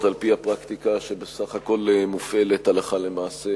על-פי הפרקטיקה שבסך הכול מופעלת הלכה למעשה